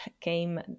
came